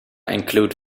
include